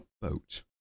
boat